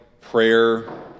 prayer